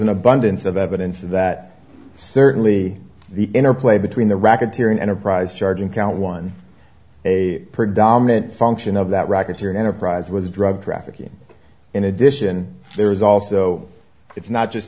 an abundance of evidence that certainly the interplay between the racketeering enterprise charge and count one a predominant function of that racketeering enterprise was drug trafficking in addition there was also it's not just